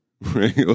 right